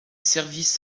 services